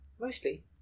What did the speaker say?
Mostly